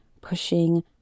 pushing